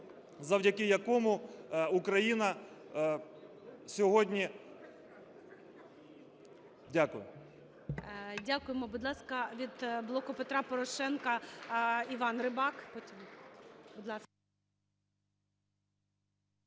завдяки якому Україна сьогодні… Дякую.